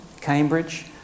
Cambridge